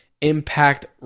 impact